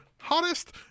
hottest